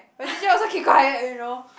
my teacher also keep quiet you know